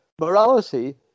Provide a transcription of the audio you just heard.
Morality